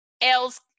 else